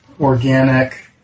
organic